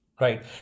right